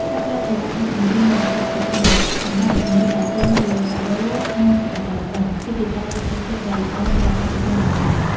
ការផ្តល់សេវាដឹកជញ្ជូនដោយឥតគិតថ្លៃសម្រាប់ទំនិញដែលទិញជាកាដូក្នុងរដូវបុណ្យ គឺជាការលើកទឹកចិត្តដ៏ល្អដល់អតិថិជនអនឡាញ។